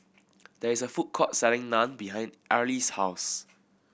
there is a food court selling Naan behind Arlie's house